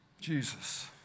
Jesus